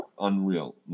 unreal